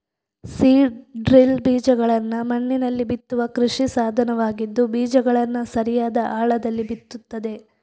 seed drill ಬೀಜಗಳನ್ನ ಮಣ್ಣಿನಲ್ಲಿ ಬಿತ್ತುವ ಕೃಷಿ ಸಾಧನವಾಗಿದ್ದು ಬೀಜಗಳನ್ನ ಸರಿಯಾದ ಆಳದಲ್ಲಿ ಬಿತ್ತುತ್ತದೆ